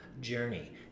Journey